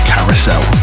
Carousel